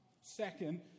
Second